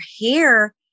hair